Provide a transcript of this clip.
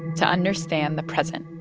to understand the present